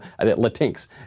Latinx